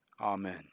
Amen